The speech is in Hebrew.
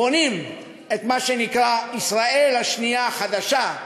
בונים את מה שנקרא ישראל השנייה החדשה,